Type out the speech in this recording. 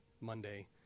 monday